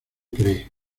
cree